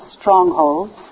strongholds